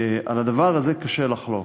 על הדבר הזה קשה לחלוק,